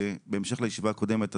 בהמשך לישיבה הקודמת,